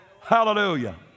Hallelujah